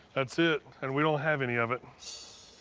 that's it, and we don't have any of it.